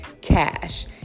cash